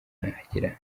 nahagera